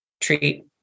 treat